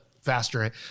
faster